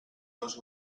dos